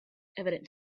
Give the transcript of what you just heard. evident